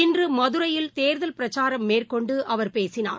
இன்று மதுரையில் தேர்தல் பிரச்சாரம் மேற்கொண்டு அவர் பேசினார்